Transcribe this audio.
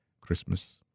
Christmas